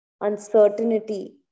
uncertainty